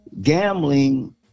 gambling